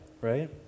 right